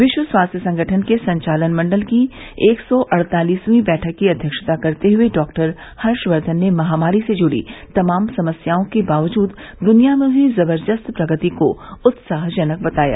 विश्व स्वास्थ्य संगठन के संचालन मंडल को एक सौ अड़तालिसवीं बैठक की अध्यक्षता करते हुए डॉ हर्षवर्धन ने महामारी से जुड़ी तमाम समस्याओं के बावजूद दुनिया में हुई जबरदस्त प्रगति को उत्साहजनक बताया